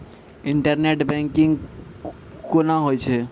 Internet banking कोना होय छै?